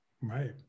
Right